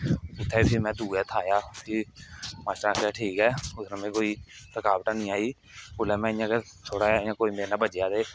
उत्थै बी में फिर दूए हत्थ आया फिर मास्टरे आखेआ ठीक ऐ उसलै मिगी कोई रकावट नेईं आई उसलें में इयां गै थोह्ड़ा जेहा मेरा कन्नै कोई बज्जेआ ते